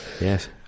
Yes